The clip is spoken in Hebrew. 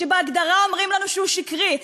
שבהגדרה אומרים לנו שהוא שקרי?